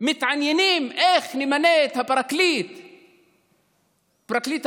מתעניינים איך נמנה את פרקליט המדינה,